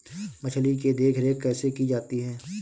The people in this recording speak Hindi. मछली की देखरेख कैसे की जाती है?